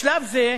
בשלב זה,